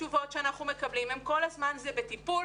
התשובות שאנחנו מקבלים הן כל הזמן זה בטיפול,